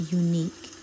unique